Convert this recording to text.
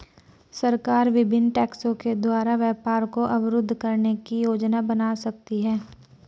सरकार विभिन्न टैक्सों के द्वारा व्यापार को अवरुद्ध करने की योजना बना सकती है